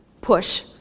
push